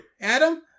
Adam